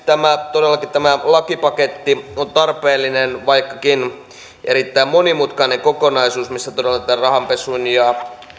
todellakin tämä lakipaketti on tarpeellinen vaikkakin erittäin monimutkainen kokonaisuus missä todella rahanpesun ja